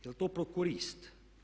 Je li to prokurist?